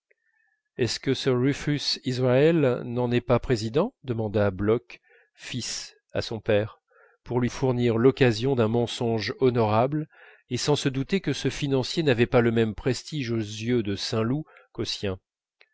est-ce que sir rufus israël n'en est pas président demanda bloch fils à son père pour lui fournir l'occasion d'un mensonge honorable et sans se douter que ce financier n'avait pas le même prestige aux yeux de saint loup